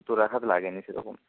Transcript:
আঘাত লাগেনি সেরকম